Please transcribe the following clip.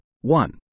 One